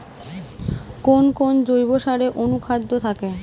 কোন কোন জৈব সারে অনুখাদ্য থাকে?